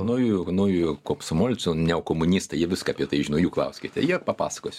naujų naujų kopsumolcių neokomunistai jie viską apie tai žino jų klauskite jie papasakos jum